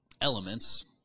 elements